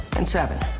and seven,